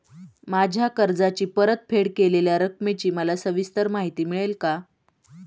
माझ्या कर्जाची परतफेड केलेल्या रकमेची मला सविस्तर माहिती मिळेल का?